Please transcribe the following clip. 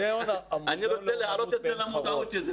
אני רוצה להעלות למודעות שזה